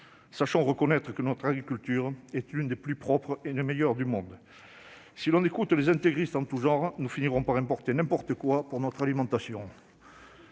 Sachons reconnaître que notre agriculture est l'une des plus propres et l'une des meilleures du monde. À écouter les intégristes en tout genre, nous finirons par importer n'importe quoi en matière d'alimentation.